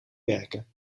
werken